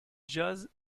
jazz